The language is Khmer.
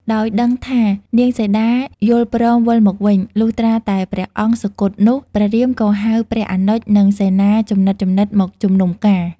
ដោយដឹងថានាងសីតាយល់ព្រមវិលមកវិញ លុះត្រាតែព្រះអង្គសុគតនោះព្រះរាមក៏ហៅព្រះអនុជនិងសេនាជំនិតៗមកជុំនុំការ។